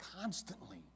constantly